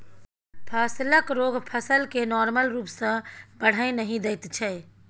फसलक रोग फसल केँ नार्मल रुप सँ बढ़य नहि दैत छै